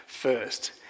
first